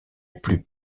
plus